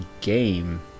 game